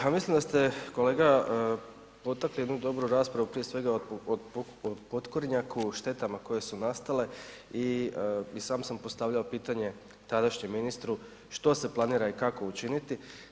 A mislim da ste kolega potaknuli jednu dobru raspravu prije svega o potkornjaku, štetama koje su nastale i sam sam postavljao pitanje tadašnjem ministru što se planira i kako učiniti.